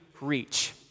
reach